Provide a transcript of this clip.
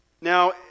Now